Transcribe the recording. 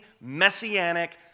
messianic